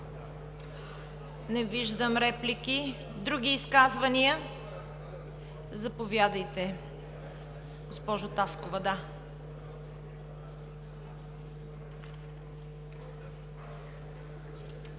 Не виждам. Други изказвания? Заповядайте, госпожо Таскова.